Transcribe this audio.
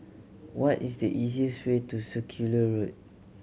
what is the easiest way to Circular Road